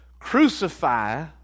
crucify